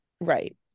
Right